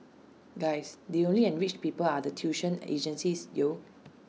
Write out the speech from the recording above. guys the only enriched people are the tuition agencies yo